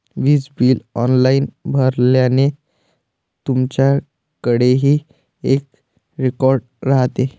वीज bill online भरल्याने, तुमच्याकडेही एक रेकॉर्ड राहते